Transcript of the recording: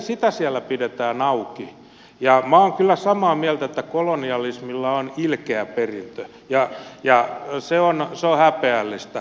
sitä siellä pidetään auki ja minä olen kyllä samaa mieltä että kolonialismilla on ilkeä perintö ja se on häpeällistä